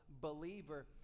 believer